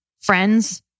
friends